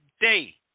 day